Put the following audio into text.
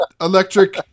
electric